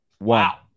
Wow